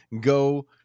go